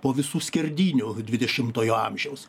po visų skerdynių dvidešimtojo amžiaus